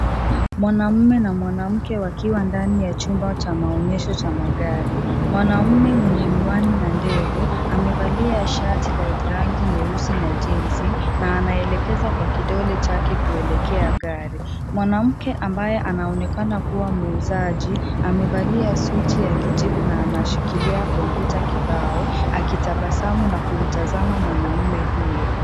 Mwanaume na mwanamke wakiwa katika chumba cha maonyesho ya magari. Mwanaume mwenye miwani na ndevu amevalia shati la rangi nyeusi na jinzi na anaelekeza kwa kidole chake kuelekea gari. Mwanamke ambaye anaonekana kuwa muuzaji amevalia suti ya kijivu na anashikilia kompyuta kibao akitabasamu na kumtazama mwanaume huyo.